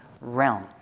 realm